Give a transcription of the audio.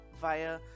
via